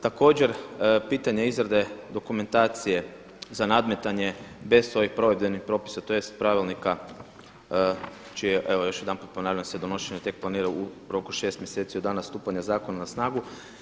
Također pitanje izrade dokumentacije za nadmetanje bez ovih provedbenih propisa tj. pravilnika čije evo još jedanput ponavljam se donošenje tek planira u roku od 6 mjeseci od dana stupanja na snagu.